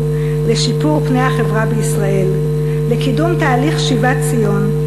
לשיפור פני החברה בישראל ולקידום תהליך שיבת ציון,